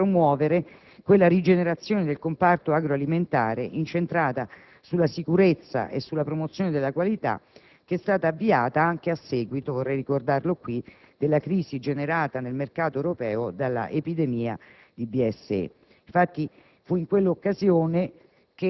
a mio avviso, uno degli elementi decisivi per promuovere quella rigenerazione del comparto agroalimentare incentrata sulla sicurezza e sulla promozione della qualità, avviata anche a seguito - vorrei ricordarlo in questa sede - della crisi generata nel mercato europeo dall'epidemia di